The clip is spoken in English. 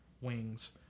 wings